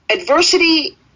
adversity